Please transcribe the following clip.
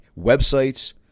websites